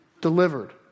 delivered